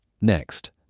Next